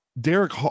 Derek